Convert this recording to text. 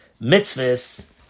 mitzvahs